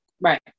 Right